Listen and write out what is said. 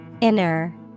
Inner